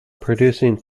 producing